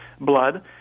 blood